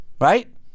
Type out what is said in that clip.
right